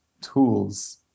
tools